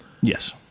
Yes